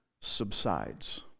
subsides